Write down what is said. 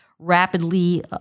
rapidly